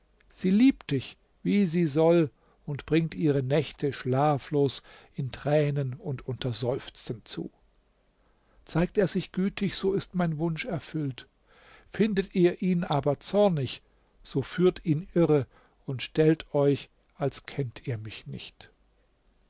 sie liebt dich wie sie soll und bringt ihre nächte schlaflos in tränen und unter seufzen zu zeigt er sich gütig so ist mein wunsch erfüllt findet ihr ihn aber zornig so führt ihn irre und stellt euch als kennt ihr mich nicht